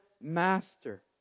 master